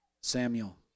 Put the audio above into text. Samuel